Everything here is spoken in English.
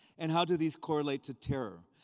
and how do these correlate to terror?